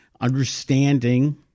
understanding